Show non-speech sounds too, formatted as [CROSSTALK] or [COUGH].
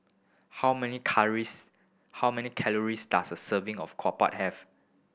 how many [UNINTELLIGIBLE] how many calories does a serving of [UNINTELLIGIBLE] have